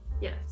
Yes